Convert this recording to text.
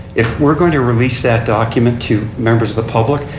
if we're going to release that document to members of the public,